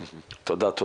תודה.